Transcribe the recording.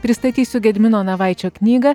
pristatysiu gedimino navaičio knygą